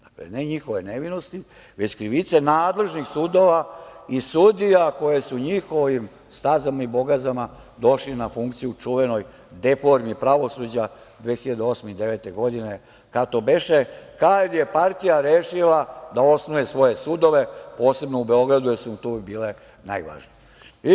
Dakle, ne njihove nevinosti, već krivice nadležnih sudova i sudija koje su njihovim stazama i bogazama došli na funkciju, čuvenoj deponiji pravosuđa 2008. i 2009. godine, kada je partija rešila da osnuje svoje sudove, posebno u Beogradu, jer su mu tu bili najvažniji.